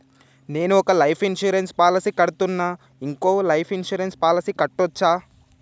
నేను ఒక life insurance policy కడ్తున్నా, ఇంకో లైఫ్ ఇన్సూరెన్స్ పాలసీ కట్టొచ్చా?